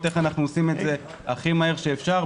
איך אנחנו עושים את זה הכי מהר שאפשר,